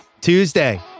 Tuesday